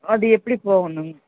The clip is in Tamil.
அது எப்படி போகணுங்க